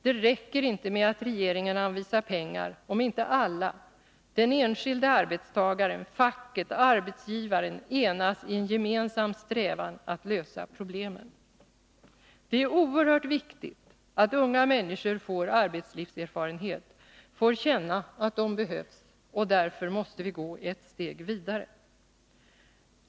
Det räcker inte med att regeringen anvisar pengar, om inte alla — den enskilda arbetstagaren, facket, arbetsgivaren — enas i en gemensam strävan att lösa problemen. Det är oerhört viktigt att unga människor får arbetslivserfarenhet, får känna att de behövs. Därför måste vi gå ett steg vidare.